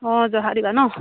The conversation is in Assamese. অঁ জহা দিবা নহ্